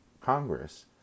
Congress